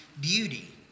beauty